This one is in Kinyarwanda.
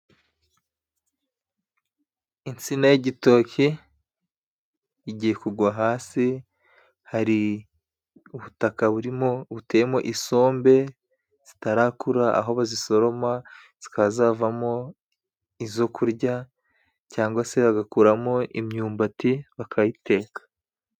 Insina y'igitoki igiye kugwa hasi. Hari ubutaka burimo butemo isombe zitarakura, aho bazisoroma zikazavamo izo kurya cyangwa se bagakuramo imyumbati bakayiteka.